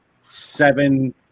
seven